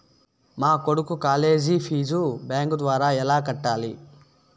మా కొడుకు college fee bank ద్వారా ఎలా కట్టాలి?